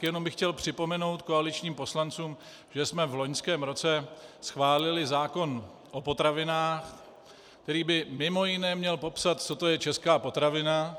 Jenom bych chtěl připomenout koaličním poslancům, že jsme v loňském roce schválili zákon o potravinách, který by mimo jiné měl popsat, co to je česká potravina.